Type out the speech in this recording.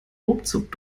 ruckzuck